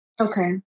Okay